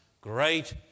great